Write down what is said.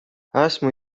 esmu